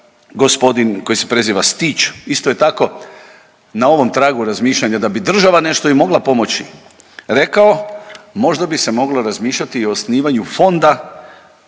gospodin koji se preziva Stić isto je tako na ovom tragu razmišljanja da bi država nešto i mogla pomoći, rekao možda bi se moglo razmišljati i o osnivanju fonda